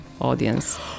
audience